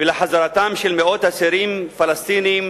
ולחזרתם של מאות אסירים פלסטינים